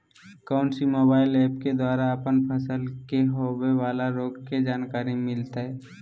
कौन सी mobile app के द्वारा अपन फसल के होबे बाला रोग के जानकारी मिलताय?